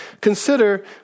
consider